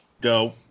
go